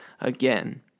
again